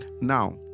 Now